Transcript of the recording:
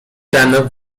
rano